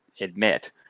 admit